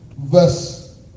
verse